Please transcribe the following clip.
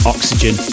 Oxygen